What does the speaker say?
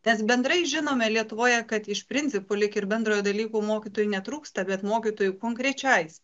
nes bendrai žinome lietuvoje kad iš principo lyg ir bendrojo dalykų mokytojų netrūksta bet mokytojų konkrečiai